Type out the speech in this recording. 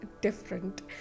different